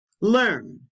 learn